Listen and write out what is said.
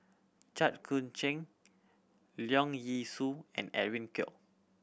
Jit Koon Ch'ng Leong Yee Soo and Edwin Koek